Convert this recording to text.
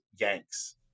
Yanks